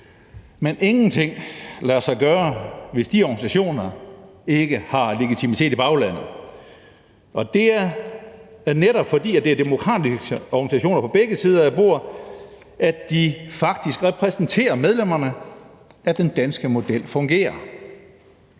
Men ingenting lader sig gøre, hvis de organisationer ikke har legitimitet i baglandet, og det er netop, fordi det er demokratiske organisationer på begge sider af bordet, og fordi de faktisk repræsenterer medlemmerne, at den danske model fungerer.